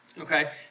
okay